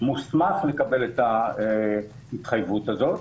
מוסמך לקבל את ההתחייבות הזאת,